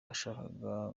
yashakaga